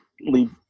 leave